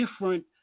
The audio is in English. different